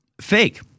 fake